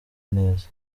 neza